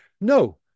no